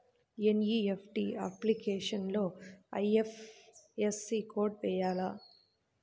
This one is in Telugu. ఎన్.ఈ.ఎఫ్.టీ అప్లికేషన్లో ఐ.ఎఫ్.ఎస్.సి కోడ్ వేయాలా?